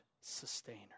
sustainer